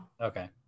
Okay